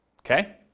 Okay